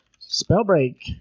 Spellbreak